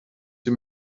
sie